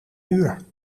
uur